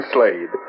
Slade